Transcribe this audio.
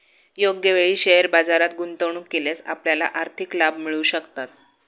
योग्य वेळी शेअर बाजारात गुंतवणूक केल्यास आपल्याला आर्थिक लाभ मिळू शकतात